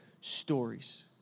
stories